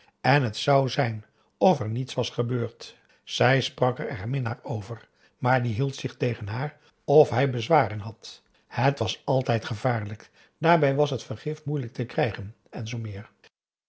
en het zou zijn of er niets was gebeurd zij sprak er haar minnaar over maar die hield zich tegen haar of hij bezwaren had het was altijd gevaarlijk daarbij was t vergif moeilijk te krijgen en zoo meer